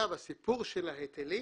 הסיפור של ההיטלים,